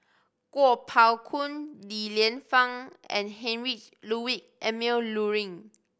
Kuo Pao Kun Li Lienfung and Heinrich Ludwig Emil Luering